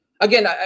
again